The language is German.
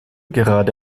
gerade